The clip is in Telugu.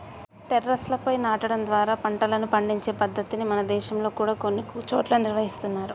టెర్రస్లపై నాటడం ద్వారా పంటలను పండించే పద్ధతిని మన దేశంలో కూడా కొన్ని చోట్ల నిర్వహిస్తున్నారు